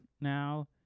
now